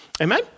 Amen